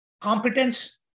competence